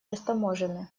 растаможены